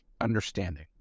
understanding